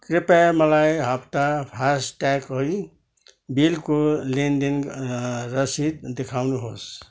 कृपया मलाई हप्ता फासट्याग है बिलको लेनदेन रसिद देखाउनुहोस्